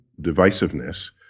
divisiveness